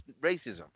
racism